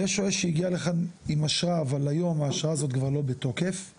יש שוהה שהגיע לכאן עם אשרה אבל היום האשרה הזאת כבר לא בתוקף,